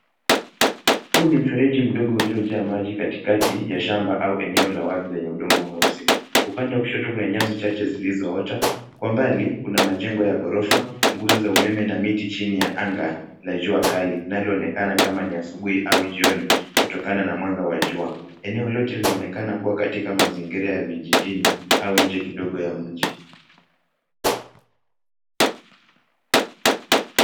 Huu ni mfereji mdogo uliojaa maji katikati ya shamba au eneo la wazi lenye udongo mweusi. Upande wa kushoto kuna nyasi chache zilizoota. Kwa mbali kuna majengo ya ghorofa, nguzo za umeme na miti chini ya anga la jua kali linaloonekana kama ni asubuhi au jioni kutokana na mwanga wa jua. Eneo lote linaonekana kuwa katika mazingira ya vijijini au nje kidogo ya mji.